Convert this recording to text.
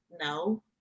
no